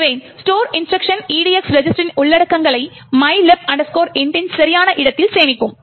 எனவே store instruction EDX ரெஜிஸ்டரின் உள்ளடக்கங்களை mylib int இன் சரியான இடத்தில் சேமிக்கும்